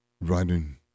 writing